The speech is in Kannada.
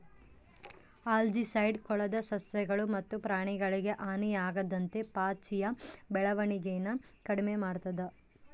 ಆಲ್ಜಿಸೈಡ್ ಕೊಳದ ಸಸ್ಯಗಳು ಮತ್ತು ಪ್ರಾಣಿಗಳಿಗೆ ಹಾನಿಯಾಗದಂತೆ ಪಾಚಿಯ ಬೆಳವಣಿಗೆನ ಕಡಿಮೆ ಮಾಡ್ತದ